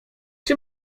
czy